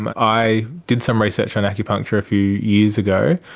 um i did some research on acupuncture a few years ago.